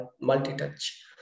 multi-touch